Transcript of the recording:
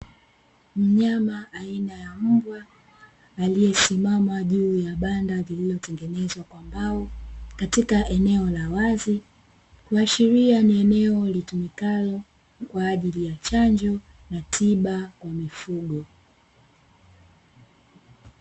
Mnyama aina ya mbwa aliyesimama juu ya banda, lililotengenezwa kwa mbao katika eneo la wazi, kuashiria ni eneo litumikalo kwa ajili ya chanjo na tiba kwa mifugo.